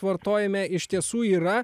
vartojime iš tiesų yra